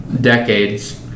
decades